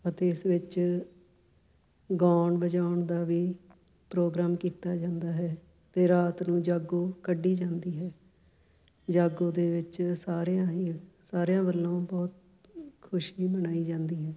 ਅਤੇ ਇਸ ਵਿੱਚ ਗਾਉਣ ਵਜਾਉਣ ਦਾ ਵੀ ਪ੍ਰੋਗਰਾਮ ਕੀਤਾ ਜਾਂਦਾ ਹੈ ਅਤੇ ਰਾਤ ਨੂੰ ਜਾਗੋ ਕੱਢੀ ਜਾਂਦੀ ਹੈ ਜਾਗੋ ਦੇ ਵਿੱਚ ਸਾਰਿਆਂ ਹੀ ਸਾਰਿਆਂ ਵੱਲੋਂ ਬਹੁਤ ਖੁਸ਼ੀ ਮਨਾਈ ਜਾਂਦੀ ਹੈ